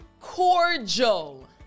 cordial